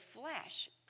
flesh